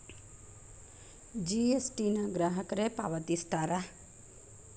GST ನ ಗ್ರಾಹಕರೇ ಪಾವತಿಸ್ತಾರಾ